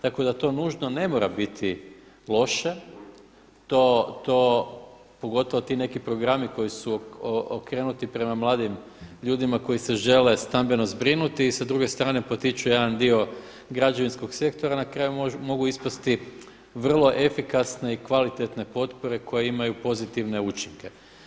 Tako da to nužno ne mora biti loše, to pogotovo ti neki programi koji su okrenuti prema mladim ljudima koji se žele stambeno zbrinuti i s druge strane potiču jedan dio građevinskog sektora a na kraju mogu ispasti vrlo efikasne i kvalitetne potpore koje imaju pozitivne učinke.